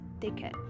ticket